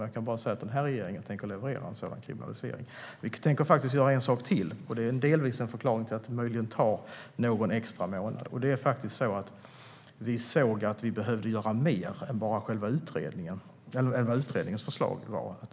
Jag kan bara säga att den här regeringen tänker leverera en sådan kriminalisering. Vi tänker faktiskt göra en sak till, och det är delvis förklaringen till att det möjligen tar någon extra månad. Vi såg att vi behöver göra mer än bara vad utredningen föreslår.